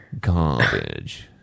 garbage